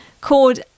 called